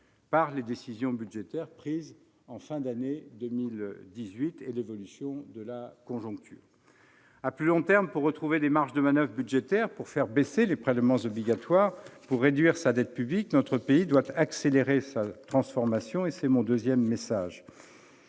par les décisions budgétaires prises en fin d'année 2018 et l'évolution de la conjoncture. À plus long terme, pour retrouver des marges de manoeuvre budgétaires, pour faire baisser les prélèvements obligatoires et pour réduire sa dette publique, notre pays doit accélérer sa transformation. C'est mon deuxième message.